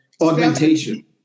augmentation